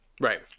Right